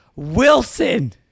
Wilson